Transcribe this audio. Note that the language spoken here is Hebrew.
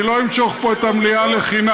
אני לא אמשוך פה את המליאה לחינם,